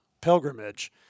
pilgrimage